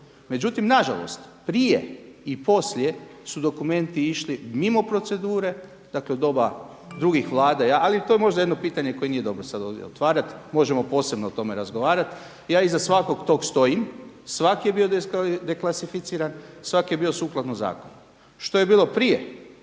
Međutim na žalost, prije i poslije su dokumenti išli mimo procedure, dakle u doba drugih Vlada ali to je možda jedno pitanje koje nije dobro sad ovdje otvarat. Možemo posebno o tome razgovarat. Ja iza svakog tog stojim. Svaki je bio deklasificiran, svaki je bio sukladno zakonu. Što je bilo prije